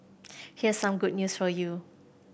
here's some good news for you